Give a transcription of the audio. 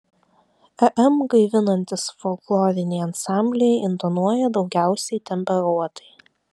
em gaivinantys folkloriniai ansambliai intonuoja daugiausiai temperuotai